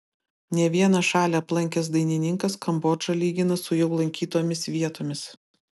ne vieną šalį aplankęs dainininkas kambodžą lygina su jau lankytomis vietomis